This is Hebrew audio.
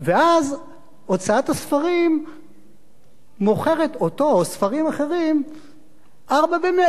ואז הוצאת הספרים מוכרת אותו או ספרים אחרים "ארבע במאה".